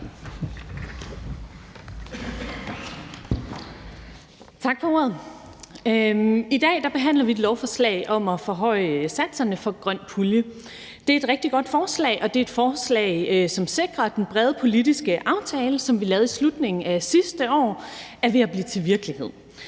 Tak for ordet. I dag behandler vi et lovforslag om at forhøje satserne for grøn pulje. Det er et rigtig godt forslag, som sikrer, at den brede politiske aftale, som vi lavede i slutningen af sidste år, er ved at blive til virkelighed.